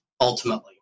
ultimately